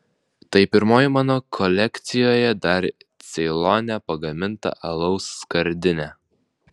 tai pirmoji mano kolekcijoje dar ceilone pagaminta alaus skardinė